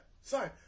sorry